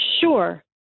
sure